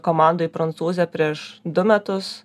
komandoj prancūzę prieš du metus